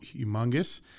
humongous